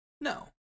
No